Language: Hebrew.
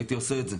הייתי עושה את זה.